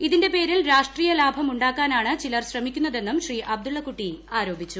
ഇതിന്റെ പേരിൽ രാഷ്ട്രീയ ലാഭമുണ്ടാക്കാനാണ് ചിലർ ശ്രമിക്കുന്നതെന്നും ശ്രീ അബ്ദുളള ക്കുട്ടി ആരോപിച്ചു